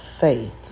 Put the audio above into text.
faith